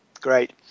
Great